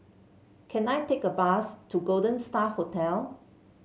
can I take a bus to Golden Star Hotel